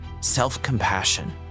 self-compassion